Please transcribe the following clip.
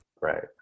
Right